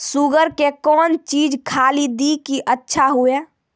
Sugar के कौन चीज खाली दी कि अच्छा हुए?